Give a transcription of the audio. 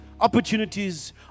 opportunities